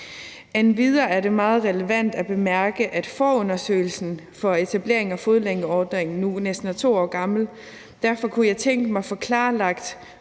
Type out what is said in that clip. Endvidere er det meget relevant at bemærke, at forundersøgelsen for etablering af fodlænkeordningen nu næsten er 2 år gammel. Derfor kunne jeg tænke mig at få klarlagt,